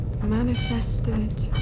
Manifested